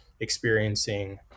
experiencing